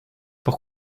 pour